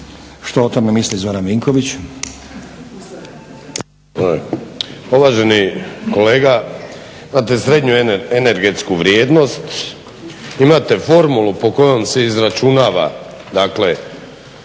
Što o tome misli Zoran Vinković?